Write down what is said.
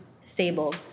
stable